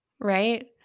Right